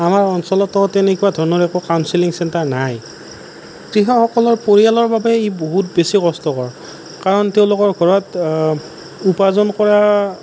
আমাৰ অঞ্চলতো তেনেকুৱা ধৰণৰ একো কাউঞ্চিলিং চেণ্টাৰ নাই কৃষকসকলৰ পৰিয়ালৰ বাবে ই বহুত বেছি কষ্টকৰ কাৰণ তেওঁলোকৰ ঘৰত উপাৰ্জন কৰা